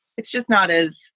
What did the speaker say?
it's just not as.